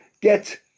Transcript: get